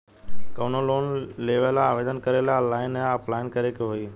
कवनो लोन लेवेंला आवेदन करेला आनलाइन या ऑफलाइन करे के होई?